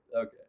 Okay